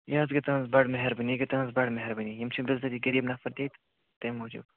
یہِ حظ گٔے تٕہٕنٛز بڑٕ مہربٲنی یہِ گٔے تٕہٕنٛز بَڑٕ مہربٲنی یِم چھِ بِزٲتی غریٖب نَفر تہِ ییٚتہِ تَمہِ موٗجوٗب